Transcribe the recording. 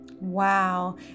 Wow